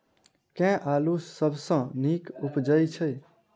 केँ आलु सबसँ नीक उबजय छै?